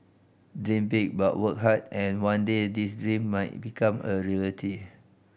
dream big but work hard and one day these dream might become a reality